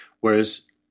Whereas